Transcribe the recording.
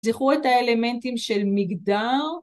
זיכרו את האלמנטים של מגדר.